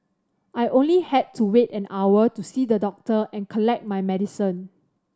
I only had to wait an hour to see the doctor and collect my medicine